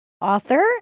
author